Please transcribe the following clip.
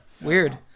Weird